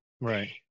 Right